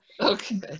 Okay